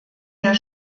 der